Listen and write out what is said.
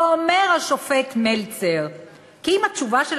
ואומר השופט מלצר כי "אם התשובה של